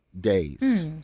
days